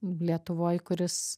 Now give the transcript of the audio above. lietuvoj kuris